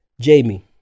jamie